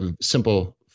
simple